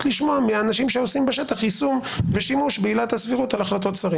לשמוע מהאנשים שעושים בשטח יישום ושימוש בעילת הסבירות על החלטות שרים.